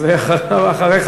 אז אחריך,